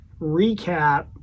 recap